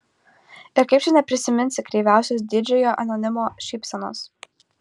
ir kaip čia neprisiminsi kreiviausios didžiojo anonimo šypsenos